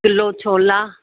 kilo छोला